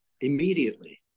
immediately